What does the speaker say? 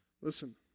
Listen